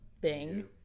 Bing